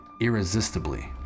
irresistibly